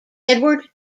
edward